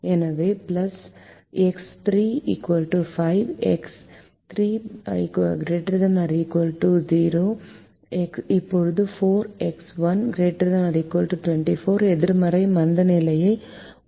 எனவே x 3 5 x 3 ≥ 0 இப்போது 4 x 1 ≥ 24 எதிர்மறை மந்தநிலையை உள்ளடக்கும்